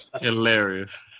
Hilarious